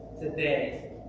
today